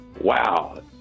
wow